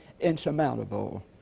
insurmountable